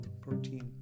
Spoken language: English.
protein